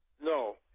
No